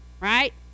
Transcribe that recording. right